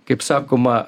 kaip sakoma